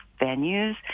venues